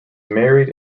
married